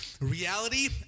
reality